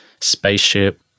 Spaceship